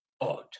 odd